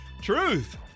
truth